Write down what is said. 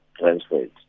transfers